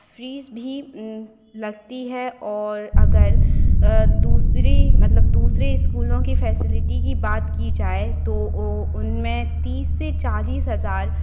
fees भी लगती है और अगर दूसरी मतलब दूसरे स्कूलों की फैसिलिटी की बात की जाए तो वह उनमें तीस से चालीस हज़ार